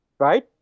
Right